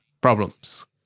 problems